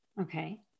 Okay